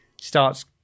starts